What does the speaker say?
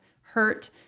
hurt